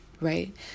right